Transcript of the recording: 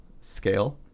scale